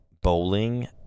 bowling –